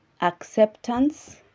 acceptance